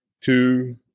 two